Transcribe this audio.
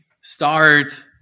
start